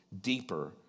deeper